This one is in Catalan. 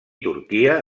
turquia